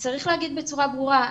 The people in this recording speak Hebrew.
צריך להגיד בצורה ברורה,